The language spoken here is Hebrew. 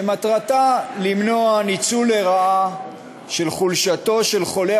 שמטרתה למנוע ניצול לרעה של חולשתו של חולה